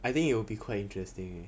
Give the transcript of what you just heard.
I think it'll be quite interesting eh